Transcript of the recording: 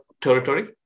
territory